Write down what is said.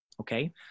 Okay